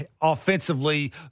offensively